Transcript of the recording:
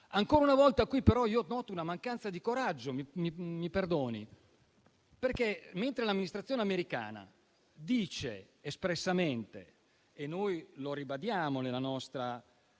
Ancora una volta qui però noto una mancanza di coraggio, mi perdoni, perché l'amministrazione americana dice espressamente - e noi lo ribadiamo nella nostra